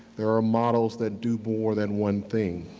there are models that do more than one thing.